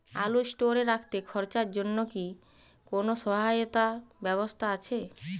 আলু স্টোরে রাখতে খরচার জন্যকি কোন সহায়তার ব্যবস্থা আছে?